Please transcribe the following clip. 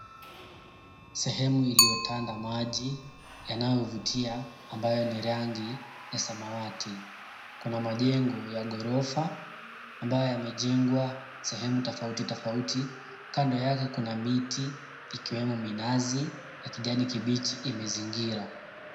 Sehemu iliyotanda maji yanayovutia ambayo ni rangi ya samawati. Kuna majengo ya ghorofa ambayo yamejengwa sehemu tofautitofauti. Kando yake kuna miti ikiwemo minazi ya kijani kibichi imezingira.